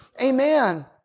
Amen